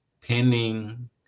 pinning